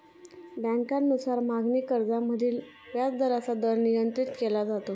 बँकांनुसार मागणी कर्जामधील व्याजाचा दर नियंत्रित केला जातो